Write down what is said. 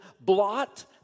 blot